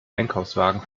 einkaufswagen